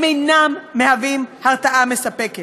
הם אינם הרתעה מספקת.